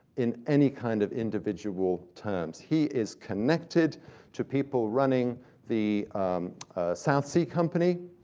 in any kind of individual terms. he is connected to people running the south sea company,